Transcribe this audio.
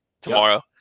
tomorrow